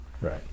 Right